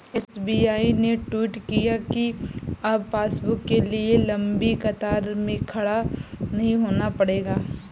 SBI ने tweet किया कि अब पासबुक के लिए लंबी कतार में खड़ा नहीं होना पड़ेगा